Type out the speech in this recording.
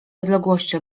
odległości